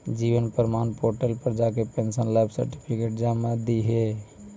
जीवन प्रमाण पोर्टल पर जाके पेंशनर लाइफ सर्टिफिकेट जमा दिहे